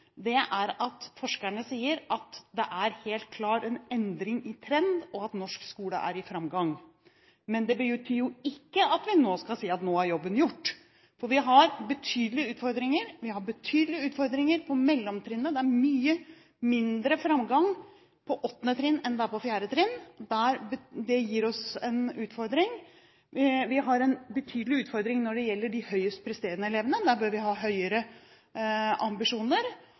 2009, er at forskerne sier at det er helt klart en endring i trend, og at norsk skole er i framgang. Men det betyr ikke at vi nå skal si at nå er jobben gjort, for vi har betydelige utfordringer på mellomtrinnet. Det er mye mindre framgang på 8. trinn enn det er på 4. trinn. Det gir oss en utfordring. Vi har en betydelig utfordring når det gjelder de høyest presterende elevene. Der bør vi ha høyere ambisjoner.